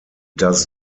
does